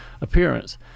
appearance